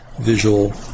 visual